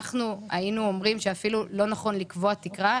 היינו אומרים שאפילו לא נכון לקבוע תקרה,